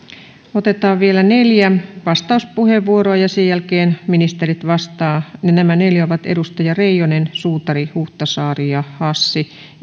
otetaan vielä neljä vastauspuheenvuoroa ja sen jälkeen ministerit vastaavat ja nämä neljä ovat edustajat reijonen suutari huhtasaari ja hassi